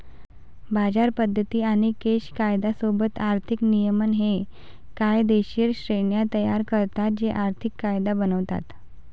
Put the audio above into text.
बाजार पद्धती आणि केस कायदा सोबत आर्थिक नियमन हे कायदेशीर श्रेण्या तयार करतात जे आर्थिक कायदा बनवतात